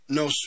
no